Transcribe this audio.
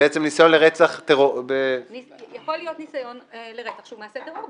ניסיון לרצח --- יכול להיות ניסיון לרצח שהוא מעשה טרור,